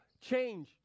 change